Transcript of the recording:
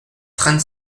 trente